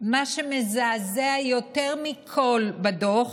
מה שמזעזע יותר מכול בדוח